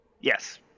Yes